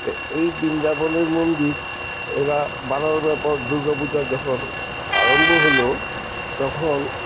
তো এই বৃন্দাবনের মন্দির এরা বানানোর ব্যাপার দুর্গাাপূজা যখন আরম্ভ হলো তখন